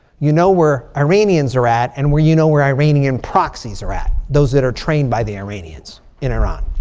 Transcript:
you know where iranians are at. and where you know where iranian proxies are at. those that are trained by the iranians in iran.